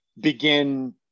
begin